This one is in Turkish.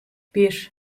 bir